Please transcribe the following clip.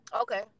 Okay